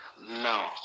No